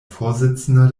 vorsitzender